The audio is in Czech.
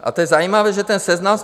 A je zajímavé, že ten Seznam